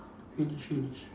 finish finish